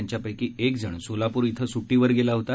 त्यांच्यापैकी एकजण सोलापूर येथे सूटीवर गेला होता